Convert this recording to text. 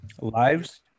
Lives